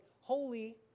holy